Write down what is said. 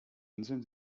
inseln